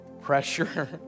pressure